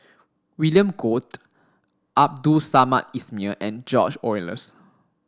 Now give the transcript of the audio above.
William Goode Abdul Samad Ismail and George Oehlers